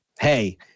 hey